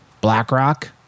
BlackRock